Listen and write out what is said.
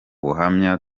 buhamya